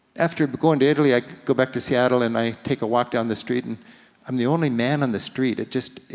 after but going to italy, i go back to seattle and i take a walk down the street, and i'm the only man on the street, it just,